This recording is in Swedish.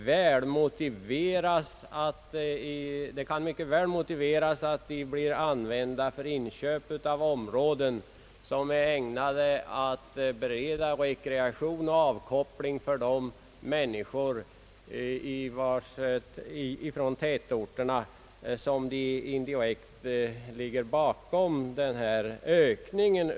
Vi motionärer har då den uppfattningen, att det kan vara motiverat att en del av dessa pengar mycket väl kan användas för områden, som är ägnade att bereda rekreation och avkoppling åt människorna i de tätorter som indirekt ligger bakom fondens ökning.